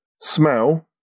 smell